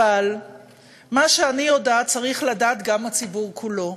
אבל מה שאני יודעת צריך לדעת גם הציבור כולו.